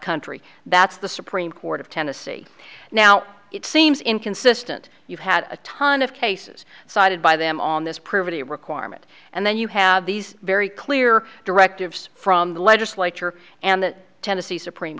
country that's the supreme court of tennessee now it seems inconsistent you've had a ton of cases cited by them on this pretty requirement and then you have these very clear directives from the legislature and the tennessee supreme